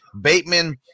Bateman